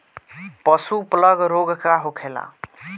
पशु प्लग रोग का होखेला?